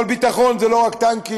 אבל ביטחון זה לא רק טנקים,